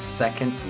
second